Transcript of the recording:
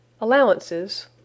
Allowances